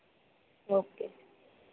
okay